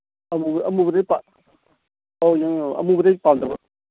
ꯑꯃꯨꯕ ꯑꯃꯨꯕꯗꯤ ꯑꯧ ꯌꯦꯡꯉꯣ ꯌꯦꯡꯉꯣ ꯑꯃꯨꯕꯗꯤ ꯑꯩ ꯄꯥꯝꯗꯕ